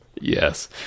Yes